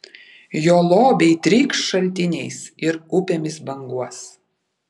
jo lobiai trykš šaltiniais ir upėmis banguos